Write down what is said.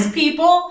people